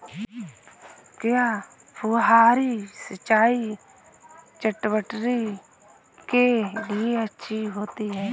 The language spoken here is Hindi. क्या फुहारी सिंचाई चटवटरी के लिए अच्छी होती है?